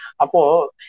Apo